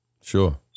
Sure